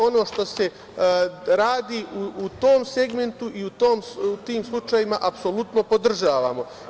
Ono što se radi u tom segmentu i u tim slučajevima apsolutno podržavamo.